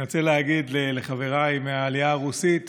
אני רוצה להגיד לחבריי מהעלייה הרוסית